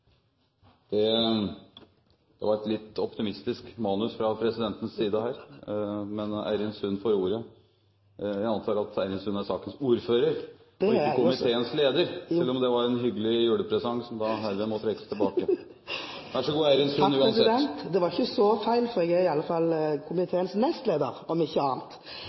Det var et litt optimistisk manus fra presidentens side her, men Eirin Sund får ordet. Jeg antar at Eirin Sund er sakens ordfører og ikke komiteens leder, selv om det var en hyggelig julepresang som da herved må trekkes tilbake. Det var ikke så feil, for jeg er i alle fall komiteens andre nestleder, om ikke annet.